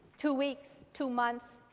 two weeks, two months,